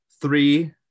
three